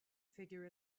figure